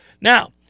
Now